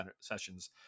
sessions